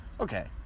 Okay